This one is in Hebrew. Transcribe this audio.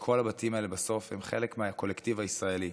כל הבתים האלה בסוף הם חלק מהקולקטיב הישראלי.